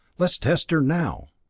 let's test her now!